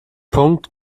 punkt